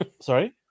Sorry